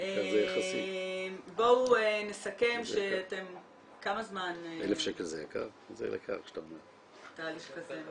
בואו נסכם, כמה זמן תהליך כזה מבחינתכם?